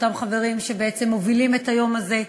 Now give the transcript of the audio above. אותם חברים שמובילים את היום הזה.